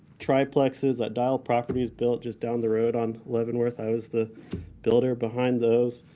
triplexes that dial properties built just down the road on leavenworth. i was the builder behind those.